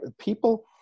people